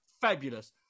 fabulous